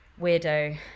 weirdo